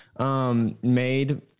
Made